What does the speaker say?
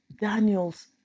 Daniel's